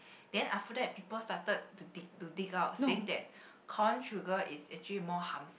then after that people started to dig to dig out saying that corn sugar is actually more harmful